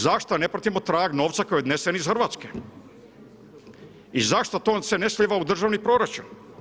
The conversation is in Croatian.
Zašto ne pratimo trag novca koji je odnesen iz Hrvatske i zašto se to ne slijeva u državni proračun?